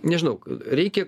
nežinau reikia